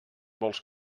vols